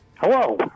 Hello